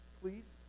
Please